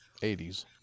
80s